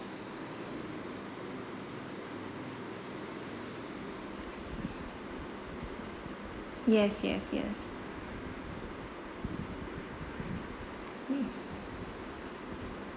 yes yes yes